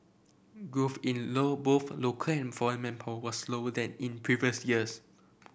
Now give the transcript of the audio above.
growth in low both manpower was slower than in previous years